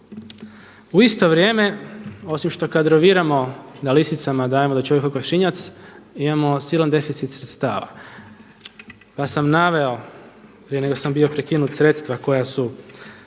U isto vrijeme osim što kadroviramo, da „lisicama dajemo da čuvaju kokošinjac“ imamo silan deficit sredstava. Pa sam naveo prije nego sam bio prekinut, sredstva koja su